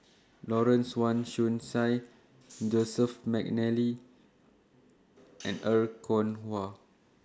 Lawrence Wong Shyun Tsai Joseph Mcnally and Er Kwong Wah